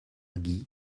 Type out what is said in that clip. gui